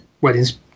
weddings